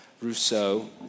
Rousseau